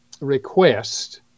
request